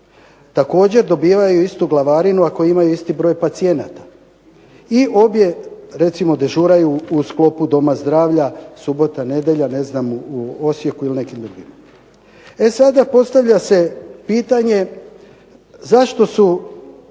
Također dobivaju istu glavarinu ako imaju isti broj pacijenata i obje recimo dežuraju u sklopu doma zdravlja, subota, nedjelje ne znam u Osijeku ili nekim drugima. E sada postavlja se pitanje zašto su